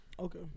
Okay